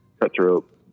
cutthroat